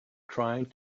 trying